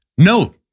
No